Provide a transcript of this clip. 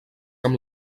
amb